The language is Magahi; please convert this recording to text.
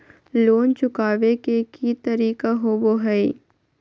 लोन चुकाबे के की तरीका होबो हइ?